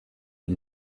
and